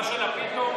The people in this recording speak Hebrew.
מה שלפיד לא אומר,